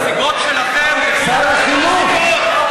שר החינוך.